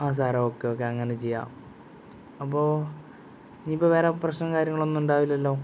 ആ സാറെ okay okay അങ്ങനെ ചെയ്യാം അപ്പോൾ ഇനിയിപ്പോൾ വേറെ പ്രശ്നവും കാര്യങ്ങളൊന്നും ഉണ്ടാവില്ലല്ലോ